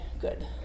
good